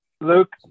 Luke